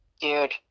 Dude